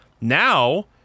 Now